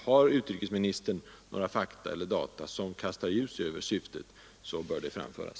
Om utrikesministern har några fakta, som tyder på att Israels syfte har varit att angripa civilbefolkningen, så bör de framföras.